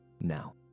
Now